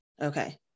okay